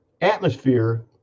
atmosphere